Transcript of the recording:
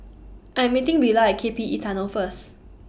I Am meeting Willa At K P E Tunnel First